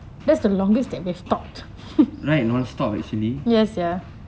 right non stop actually